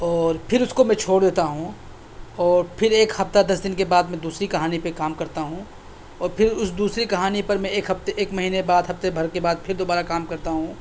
اور پھر اُس کو میں چھوڑ دیتا ہوں اور پھر ایک ہفتہ دس دن کے بعد میں دوسری کہانی پہ کام کرتا ہوں اور پھر اُس دوسری کہانی پر میں ایک ہفتے ایک مہینے بعد ہفتے بھر کے بعد پھر دوبارہ کام کرتا ہوں